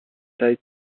taille